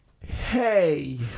hey